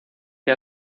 que